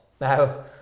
Now